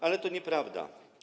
Ale to nieprawda.